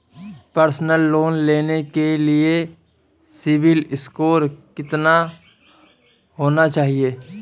Personal loan लेने के लिए सिबिल स्कोर कितना होना चाहिए?